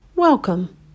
Welcome